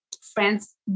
friends